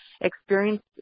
experience